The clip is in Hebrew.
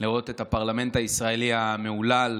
לראות את הפרלמנט הישראלי המהולל,